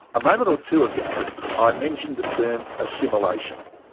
a moment or two ago i mentioned the term assimilation.